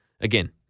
Again